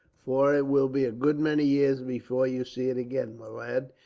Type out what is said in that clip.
for it will be a good many years before you see it again, my lad.